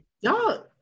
Y'all